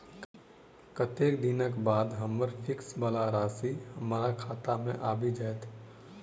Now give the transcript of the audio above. कत्तेक दिनक बाद हम्मर फिक्स वला राशि हमरा खाता मे आबि जैत?